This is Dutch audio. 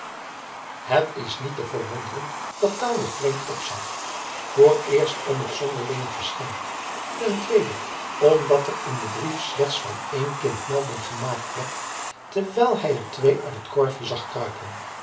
het is niet te verwonderen dat carlo vreemd opzag vooreerst om het zonderlinge geschenk ten tweede omdat er in den brief slechts van één kind melding gemaakt werd terwijl hij er twee uit het korfje zag kruipen